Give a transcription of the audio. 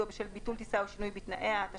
בשל ביטול טיסה או שינוי בתנאיה) ,